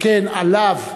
שכן עליו,